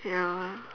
ya lah